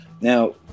Now